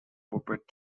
puppet